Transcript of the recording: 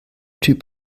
typ